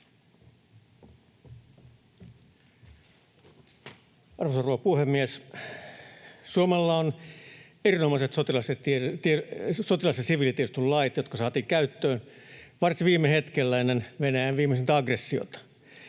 Arvoisa rouva puhemies! Suomella on erinomaiset sotilas- ja siviilitiedustelulait, jotka saatiin käyttöön viime hetkellä ennen Venäjän viimeisintä aggressiota.